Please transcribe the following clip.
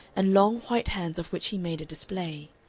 and long white hands of which he made a display.